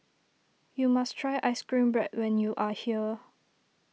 you must try Ice Cream Bread when you are here